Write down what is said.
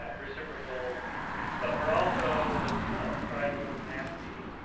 ah reciprocal but we're also, as we know, tribal, nasty,